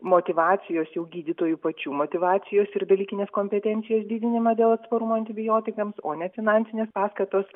motyvacijos jau gydytojų pačių motyvacijos ir dalykinės kompetencijos didinimą dėl atsparumo antibiotikams o ne finansinės paskatos